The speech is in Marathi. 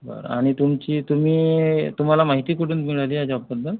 बरं आणि तुमची तुम्ही तुम्हाला माहिती कुठून मिळाली या जॉबबद्दल